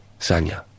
Sanya